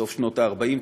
סוף שנות ה-40.